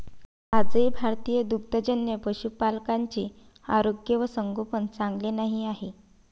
आजही भारतीय दुग्धजन्य पशुपालकांचे आरोग्य व संगोपन चांगले नाही आहे